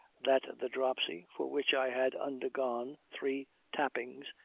that the dropsy, for which i had undergone three tappings,